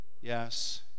Yes